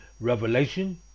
revelation